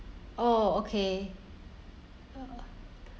oh okay